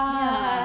ya